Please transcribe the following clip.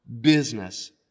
business